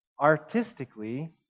artistically